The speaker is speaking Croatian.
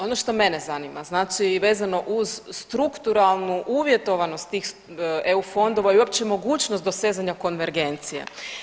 Ono što mene zanima, znači vezano uz strukturalnu uvjetovanost tih EU fondova i uopće mogućnost dosezanja konvergencije.